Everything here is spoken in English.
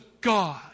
God